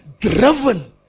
driven